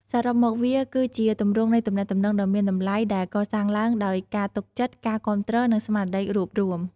សរុបមក វាគឺជាទម្រង់នៃទំនាក់ទំនងដ៏មានតម្លៃដែលកសាងឡើងដោយការទុកចិត្ត ការគាំទ្រ និងស្មារតីរួបរួម។